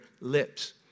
lips